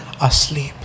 asleep